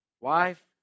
Wife